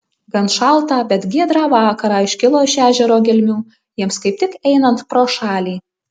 gan šaltą bet giedrą vakarą iškilo iš ežero gelmių jiems kaip tik einant pro šalį